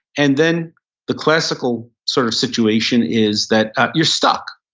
and then the classical sort of situation is that you're stuck.